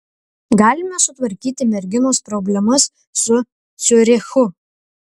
galime sutvarkyti merginos problemas su ciurichu